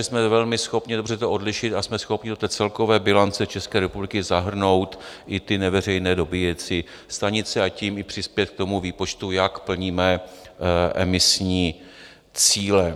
Jsme schopni to velmi dobře odlišit a jsme schopni do celkové bilance České republiky zahrnout i neveřejné dobíjecí stanice a tím i přispět k tomu výpočtu, jak plníme emisní cíle.